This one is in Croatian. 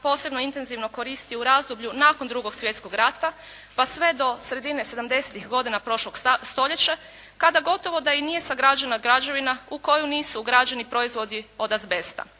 posebno intenzivno koristi u razdoblju nakon drugog svjetskog rata pa sve do sredine sedamdesetih godina prošlog stoljeća kada gotovo da i nije sagrađena građevina u koju nisu ugrađeni proizvodi od azbesta.